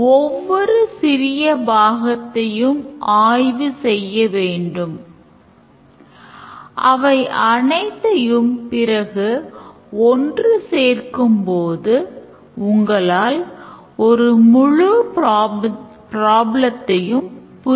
எனவே actors யார் அவர் invoke செய்ய வேண்டிய functionalities யாவை ஆகியவற்றை கண்டறியும் ஒரு பிரபலமான வழியாகும்